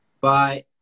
bye